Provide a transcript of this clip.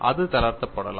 அது தளர்த்தப்படலாம்